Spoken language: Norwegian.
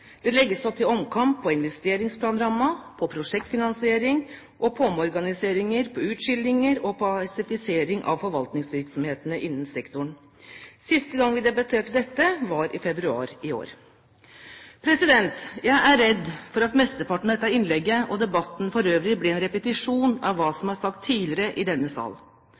Det legges opp til omkamp på investeringsplanrammen, på prosjektfinansiering, på omorganiseringer, på utskillinger og på AS-ifisering av forvaltingsvirksomhetene innen sektoren. Siste gang vi debatterte dette, var i februar i år. Jeg er redd for at mesteparten av dette innlegget og debatten for øvrig blir en repetisjon av det som er sagt tidligere i denne sal.